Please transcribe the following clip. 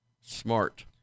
Smart